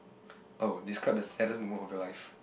oh describe the saddest moment of your life